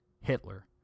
Hitler